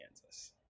Kansas